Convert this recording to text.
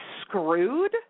screwed